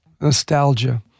nostalgia